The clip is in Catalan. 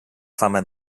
fama